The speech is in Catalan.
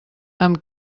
amb